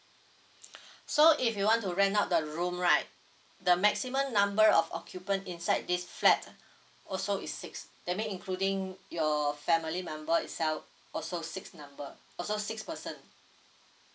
so if you want to rent out the room right the maximum number of occupant inside this flat also is six that mean including your family member itself also six number also six person